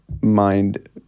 mind